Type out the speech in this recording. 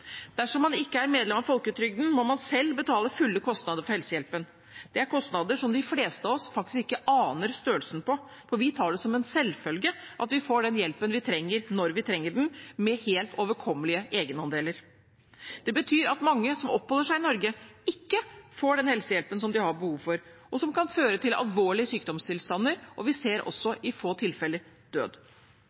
Dersom man ikke er medlem av folketrygden, må man selv betale fulle kostnader for helsehjelpen. Det er kostnader som de fleste av oss ikke aner størrelsen på, for vi tar det som en selvfølge at vi får den hjelpen vi trenger, når vi trenger den, med helt overkommelige egenandeler. Det betyr at mange som oppholder seg i Norge, ikke får den helsehjelpen som de har behov for, noe som kan føre til alvorlige sykdomstilstander og – i noen få tilfeller – også død,